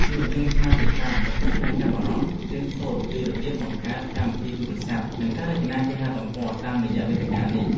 យុវជនខ្មែរជាច្រើនកំពុងតែចាប់អារម្មណ៍រៀនសូត្រពីរបៀបបង្កើតកម្មវិធីទូរស័ព្ទ និងការរចនាគេហទំព័រតាមរយៈវេទិកានេះ។